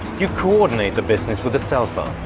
you coordinate the business with a cell phone,